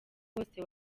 wose